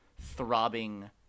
throbbing